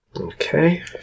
Okay